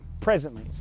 presently